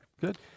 Good